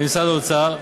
במשרד האוצר.